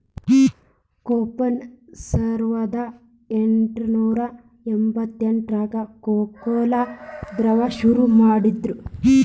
coupon ಸಾವರ್ದಾ ಎಂಟ್ನೂರಾ ಎಂಬತ್ತೆಂಟ್ರಾಗ ಕೊಕೊಕೊಲಾ ದವ್ರು ಶುರು ಮಾಡಿದ್ರು